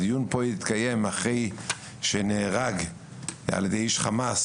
הדיון פה התקיים אחרי שנהרג על ידי איש חמאס,